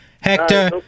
Hector